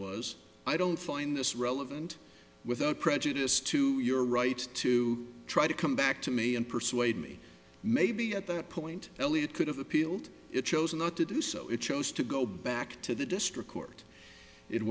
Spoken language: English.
was i don't find this relevant without prejudice to your right to try to come back to me and persuade me maybe at that point elliott could have appealed it chose not to do so it chose to go back to the district court it